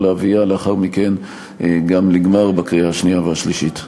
להביאה לאחר מכן גם לגמר בקריאה השנייה והשלישית.